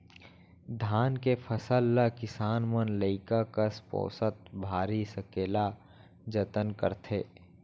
धान के फसल ल किसान मन लइका कस पोसत भारी सकेला जतन करथे